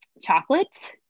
chocolate